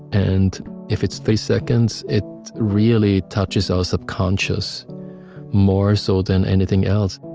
and if it's three seconds, it really touches our subconscious more so than anything else.